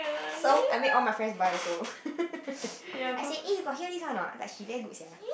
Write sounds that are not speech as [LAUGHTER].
so I made all my friends buy also [LAUGHS] I said eh you got hear this one a not like she very good sia